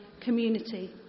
community